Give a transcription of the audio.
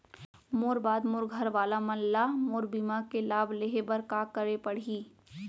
मोर बाद मोर घर वाला मन ला मोर बीमा के लाभ लेहे बर का करे पड़ही?